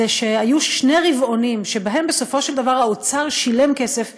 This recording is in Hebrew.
היו שני רבעונים שבהם בסופו של דבר האוצר שילם כסף לניצולים,